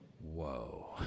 Whoa